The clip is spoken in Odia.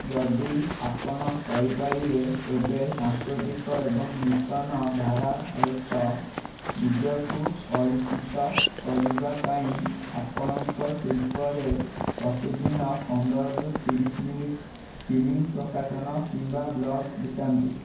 ଯଦି ଆପଣ କରିପାରିବେ ତେବେ ସାମ୍ପ୍ରତିକ ଏବଂ ନୂତନ ଧାରା ସହିତ ନିଜକୁ ପରିଚିତ କରିବା ପାଇଁ ଆପଣଙ୍କ ଶିଳ୍ପରେ ପ୍ରତିଦିନ ପନ୍ଦରରୁ ତିରିଶ ମିନିଟ୍ ଷ୍ଟ୍ରିମିଂ ପ୍ରକାଶନ କିମ୍ବା ବ୍ଲଗ୍ ବିତାନ୍ତୁ